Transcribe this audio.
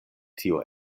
tio